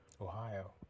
Ohio